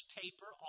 paper